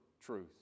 truth